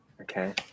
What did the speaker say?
Okay